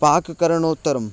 पाककरणोत्तरम्